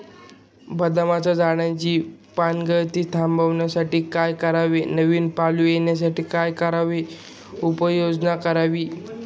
बदामाच्या झाडाची पानगळती थांबवण्यासाठी काय करावे? नवी पालवी येण्यासाठी काय उपाययोजना करावी?